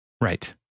Right